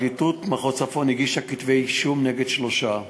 פרקליטות מחוז צפון הגישה כתבי-אישום נגד שלושה מעורבים,